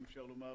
אם ניתן לומר,